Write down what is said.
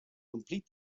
complete